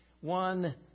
One